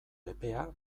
epea